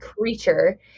creature